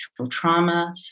traumas